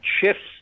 shifts